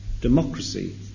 democracy